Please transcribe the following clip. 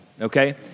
Okay